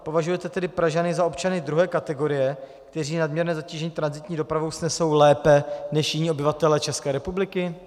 Považujete tedy Pražany za občany druhé kategorie, kteří nadměrné zatížení tranzitní dopravou snesou lépe než jiní obyvatelé České republiky?